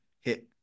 hit